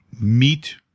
meat